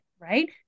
right